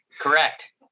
Correct